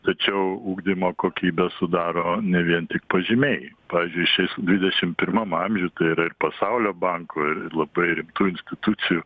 tačiau ugdymo kokybę sudaro ne vien tik pažymiai pavyzdžiui šiais dvidešimt pirmam amžiuj yra ir pasaulio banko ir labai rimtų institucijų